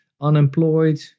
unemployed